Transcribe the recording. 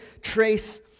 trace